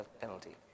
penalty